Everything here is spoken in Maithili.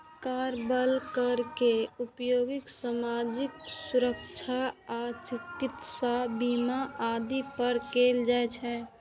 कार्यबल कर के उपयोग सामाजिक सुरक्षा आ चिकित्सा बीमा आदि पर कैल जाइ छै